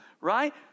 right